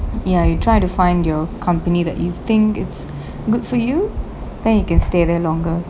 ya you try to find your company that you think it's good for you then you can stay there longer